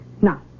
Now